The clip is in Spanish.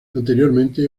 anteriormente